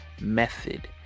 method